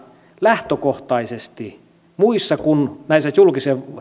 lähtökohtaisesti muissa kuin näissä julkisissa